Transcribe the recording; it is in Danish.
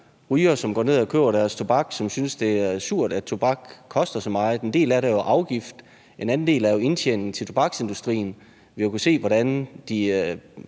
rygere, som går ned og køber deres tobak, som synes, det er surt, at tobak koster så meget. En del af det er afgift, en anden del er jo indtjening til tobaksindustrien – vi har kunnet se, hvordan de